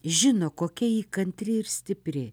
žino kokia ji kantri ir stipri